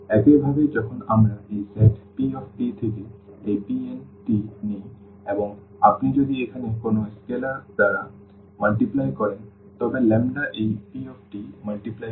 একইভাবে যখন আমরা এই সেট pt থেকে এই Pn নিই এবং আপনি যদি এখানে কোনও স্কেলার দ্বারা গুণ করেন তবে ল্যাম্বডা এই pt গুণ করে